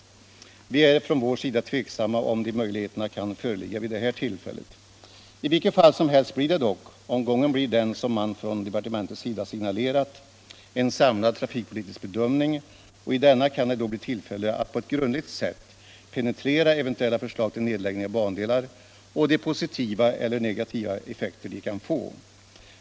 Vi är från vår sida tveksamma om de möjligheterna kan föreligga vid det här tillfället. I vilket fall som helst blir det dock, om gången blir den som man från departementets sida signalerat, en samlad trafikpolitisk bedömning, och i denna kan det då bli tillfälle att på ett grundligt sätt penetrera eventuella förslag till nedläggning av bandelar och de positiva eller negativa effekter de kan få.